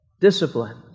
discipline